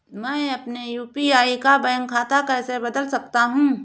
मैं अपने यू.पी.आई का बैंक खाता कैसे बदल सकता हूँ?